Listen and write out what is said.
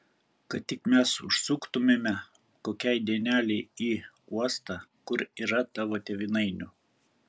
kad tik mes užsuktumėme kokiai dienelei į uostą kur yrą tavo tėvynainių